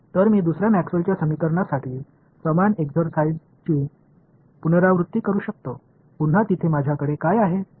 तर मी दुसर्या मॅक्सवेलच्या समीकरणासाठी समान एक्झरसाईझची पुनरावृत्ती करू शकतो पुन्हा तिथे माझ्याकडे काय आहे